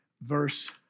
verse